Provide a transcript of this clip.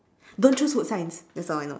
don't choose food science that's all I know